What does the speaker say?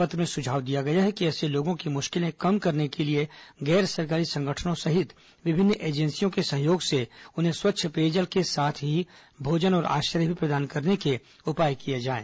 पत्र में सुझाव दिया गया है कि ऐसे लोगों की मुश्किलें कम करने के लिए गैर सरकारी संगठनों सहित विभिन्न एजेंसियों के सहयोग से उन्हें स्वच्छ पेयजल के साथ ही भोजन और आश्रय भी प्रदान करने के उपाय किए जाएं